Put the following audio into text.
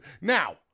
Now